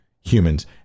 humans